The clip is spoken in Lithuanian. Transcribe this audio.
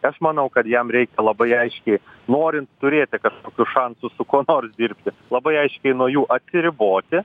aš manau kad jam reikia labai aiškiai norint turėti kažkokių šansų su kuo nors dirbti labai aiškiai nuo jų atsiriboti